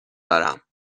دارم